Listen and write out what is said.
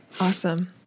Awesome